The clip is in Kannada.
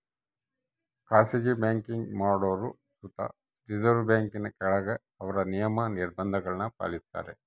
ಖಾಸಗಿ ಬ್ಯಾಂಕಿಂಗ್ ಮಾಡೋರು ಸುತ ರಿಸರ್ವ್ ಬ್ಯಾಂಕಿನ ಕೆಳಗ ಅವ್ರ ನಿಯಮ, ನಿರ್ಭಂಧಗುಳ್ನ ಪಾಲಿಸ್ತಾರ